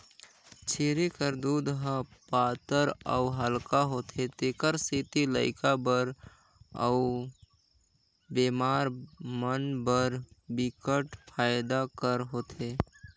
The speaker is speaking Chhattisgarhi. छेरी कर दूद ह पातर अउ हल्का होथे तेखर सेती लइका बर अउ बेमार मन बर बिकट फायदा कर होथे